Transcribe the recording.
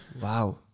Wow